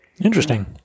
Interesting